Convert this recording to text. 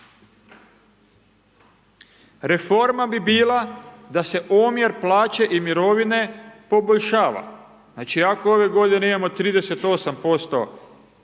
Reforma bi bila da se omjer plaće i mirovine poboljšava. Znači ako ove godine imamo 38%